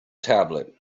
tablet